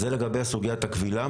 זה לגבי סוגיית הכבילה.